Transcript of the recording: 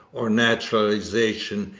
or naturalization,